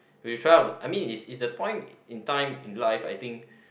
we try out I mean is is a point in time in life I think